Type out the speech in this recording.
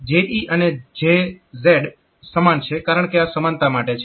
JE અને JZ સમાન છે કારણકે આ સમાનતા માટે છે